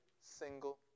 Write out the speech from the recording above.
single